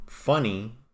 funny